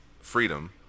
freedom